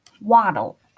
Waddle